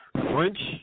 French